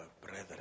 Brother